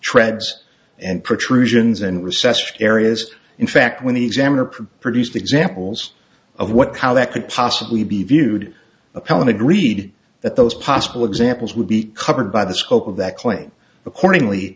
recessed areas in fact when the examiner produced examples of what how that could possibly be viewed appellant agreed that those possible examples would be covered by the scope of that claim accordingly